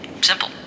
Simple